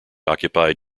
occupied